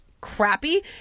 crappy